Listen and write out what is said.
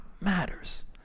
matters